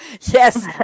yes